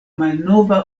malnova